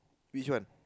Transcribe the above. which one